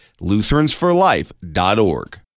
Lutheransforlife.org